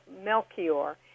Melchior